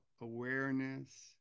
awareness